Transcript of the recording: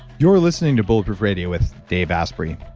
you're listening to bulletproof radio with dave asprey.